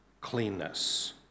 cleanness